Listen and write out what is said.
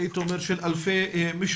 הייתי אומר של אלפי משפחות